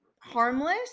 harmless